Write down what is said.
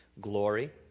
glory